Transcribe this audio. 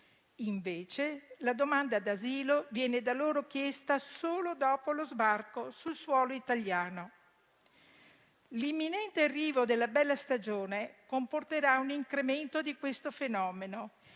Invece, la domanda d'asilo viene da loro chiesta solo dopo lo sbarco sul suolo italiano. L'imminente arrivo della bella stagione comporterà un incremento di questo fenomeno.